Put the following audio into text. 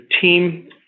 team